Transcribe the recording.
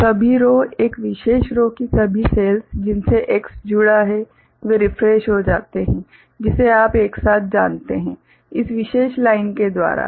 तो सभी रो एक विशेष रो की सभी सेल्स जिनसे X जुड़ा है वे रिफ्रेश हो जाते हैं जिसे आप एक साथ जानते हैं इस विशेष लाइन के द्वारा